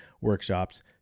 workshops